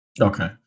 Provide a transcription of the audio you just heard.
Okay